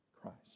Christ